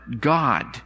God